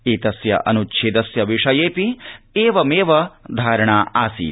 एतस्य अन्च्छेदस्य विषयेऽपि एवमेव धारणा आसीत